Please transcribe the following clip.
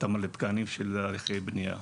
התאמה לתקנים של הליכי בנייה.